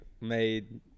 made